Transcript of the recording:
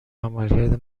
عملکرد